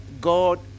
God